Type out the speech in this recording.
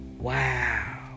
Wow